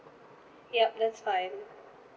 yup that's fine